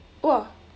!wah!